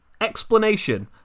Explanation